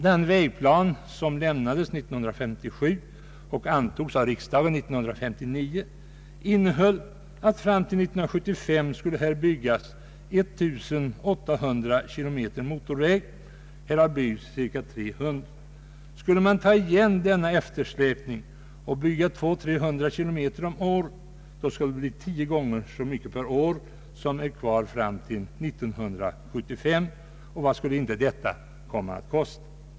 Den vägplan som lämnades 1957 och antogs av riksdagen 1959 innehöll planer på att fram till 1975 skulie byggas 1800 kilometer motorväg. Här har byggts cirka 300 kilometer. Skulle man ta igen denna eftersläpning och bygga 200 å 300 kilometer om året skulle fram till 1975 vara kvar att bygga tio gånger så mycket per år som byggts hittills. Vad skulle inte detta komma att kosta!